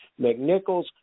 McNichols